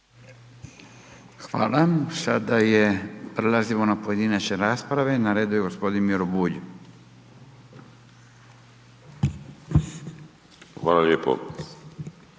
Hvala. Sada je, prelazimo na pojedinačne rasprave, na redu je g. Miro Bulj.